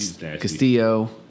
Castillo